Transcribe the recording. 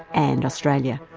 and australia.